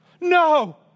No